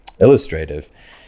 illustrative